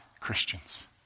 Christians